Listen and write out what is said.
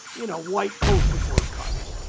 you know, white poster board cards.